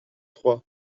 trois